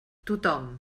tothom